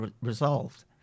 resolved